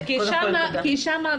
שם,